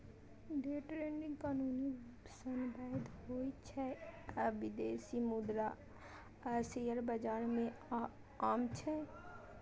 day trading कानूनी रूप सं वैध होइ छै आ विदेशी मुद्रा आ शेयर बाजार मे आम छै